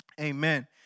Amen